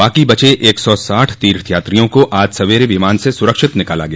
बाकी बचे एक सौ साठ तीर्थयात्रियों को आज सवेरे विमान से सुरक्षित निकाला गया